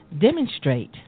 Demonstrate